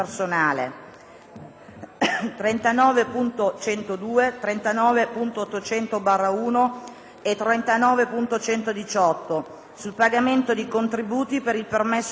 39.102, 39.800/1 e 39.118, sul pagamento di contributi per il permesso di soggiorno,